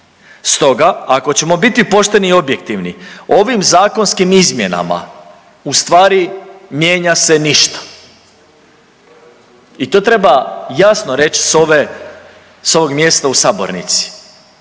Stoga ako ćemo biti pošteni i objektivni ovim zakonskim izmjenama ustvari mijenja se ništa i to treba jasno reć s ove, s ovog mjesta u sabornici